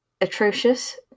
atrocious